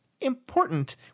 important